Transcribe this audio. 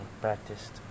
practiced